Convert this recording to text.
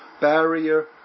barrier